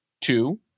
Two